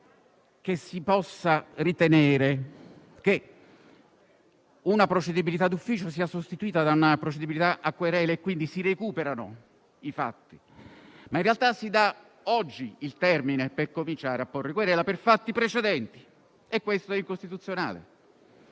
non si può ritenere che una procedibilità d'ufficio sia sostituita da una procedibilità a querela e quindi si recuperano i fatti, ma in realtà si dà oggi il termine per cominciare a porre querela per fatti precedenti e questo è incostituzionale.